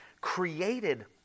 created